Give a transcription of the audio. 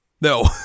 No